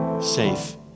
safe